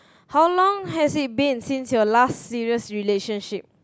how long has it been since your last serious relationship